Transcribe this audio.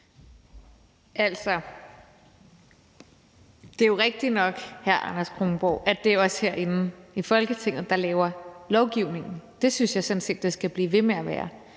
Anders Kronborg, at det er os herinde i Folketinget, der laver lovgivningen. Det synes jeg sådan set at det skal blive ved med at være.